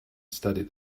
study